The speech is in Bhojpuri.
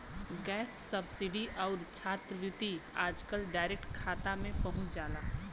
गैस सब्सिडी आउर छात्रवृत्ति आजकल डायरेक्ट खाता में पहुंच जाला